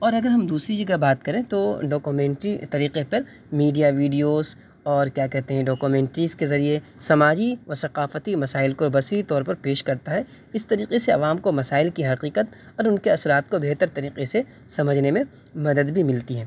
اور اگر ہم دوسری جگہ بات کریں تو ڈاکومنٹری طریقے پر میڈیا ویڈیوس اور کیا کہتے ہیں ڈاکومٹریز کے ذریعے سماجی و ثقافتی مسائل کو وسیع طور پر پیش کرتا ہے اس طریقے سے عوام کو مسائل کی حقیقت اور ان کے اثرات کو بہتر طریقے سے سمجھنے میں مدد بھی ملتی ہے